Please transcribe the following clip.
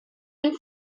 been